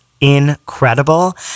incredible